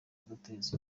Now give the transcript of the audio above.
kuduteza